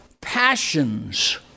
passions